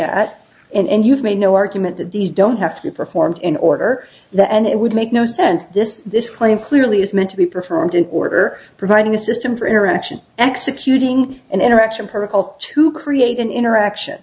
at and you've made no argument that these don't have to be performed in order that end it would make no sense this this claim clearly is meant to be performed in order providing a system for interaction executing an interaction per call to create an interaction